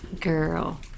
girl